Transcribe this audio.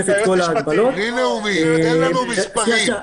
בלי נאומים, תן לנו מספרים.